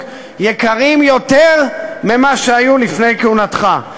יקרים יותר מכפי שהיו לפני כהונתך.